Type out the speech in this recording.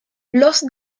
los